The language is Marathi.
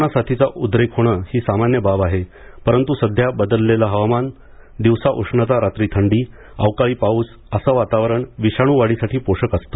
करोना साथीचा उद्रेक होणे ही सामान्य बाब आहे परंतु सध्या बदललेलं हवामान दिवसा उष्णता रात्री थंडी अवकाळी पाऊस असं वातावरण विषाणू वाढीसाठी पोषक असते